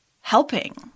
helping